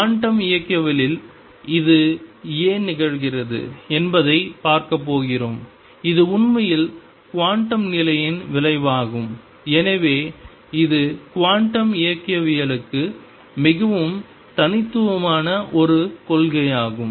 quantum இயக்கவியலில் இது ஏன் நிகழ்கிறது என்பதைப் பார்க்கப் போகிறோம் இது உண்மையில் குவாண்டம் நிலையின் விளைவாகும் எனவே இது குவாண்டம் இயக்கவியலுக்கு மிகவும் தனித்துவமான ஒரு கொள்கையாகும்